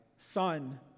son